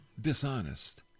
dishonest